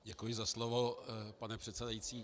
Děkuji za slovo, pane předsedající.